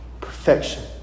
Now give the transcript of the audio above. Perfection